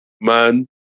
man